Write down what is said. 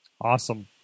awesome